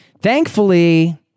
Thankfully